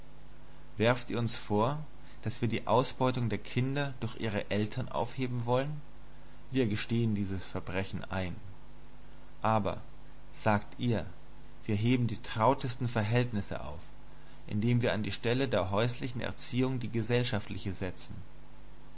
werft ihr uns vor daß wir die ausbeutung der kinder durch ihre eltern aufheben wollen wir gestehen dieses verbrechen ein aber sagt ihr wir heben die trautesten verhältnisse auf indem wir an die stelle der häuslichen erziehung die gesellschaftliche setzen